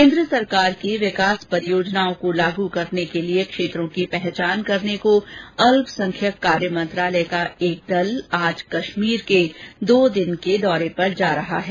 केंद्र सरकार की विकास परियोजनाओं को लागू करने के लिए क्षेत्रों की पहचान करने को अल्पसंख्यक कार्य मंत्रालय का एक दल आज कश्मीर के दो दिन के दौरे पर जा रहा है